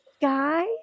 guy